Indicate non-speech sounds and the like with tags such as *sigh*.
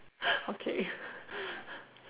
*laughs* okay *laughs*